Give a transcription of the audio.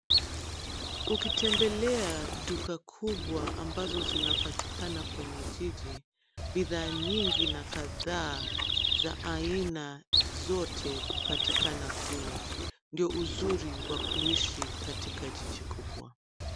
Ukitembelea duka kubwa ambazo zinapatikana kwenye jiji, bidhaa nyingi na kadhaa za aina zote hupatikana kule. Ndio uzuri wa kuishi katika jiji kubwa.